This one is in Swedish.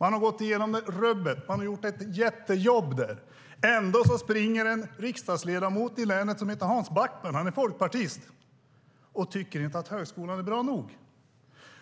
Man har gått igenom rubbet och gjort ett jättejobb där. Ändå springer det runt en riksdagsledamot i länet som heter Hans Backman - han är folkpartist - och tycker inte att högskolan är bra nog.